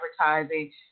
advertising